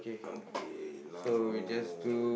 okay now